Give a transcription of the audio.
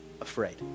afraid